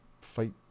fight